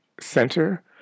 center